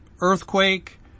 earthquake